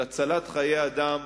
של הצלת חיי אדם.